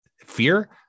fear